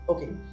Okay